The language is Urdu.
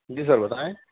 جی سر بتائیں